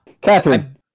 Catherine